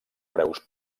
preus